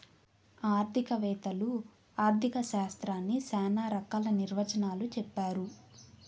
ఆర్థిక వేత్తలు ఆర్ధిక శాస్త్రాన్ని శ్యానా రకాల నిర్వచనాలు చెప్పారు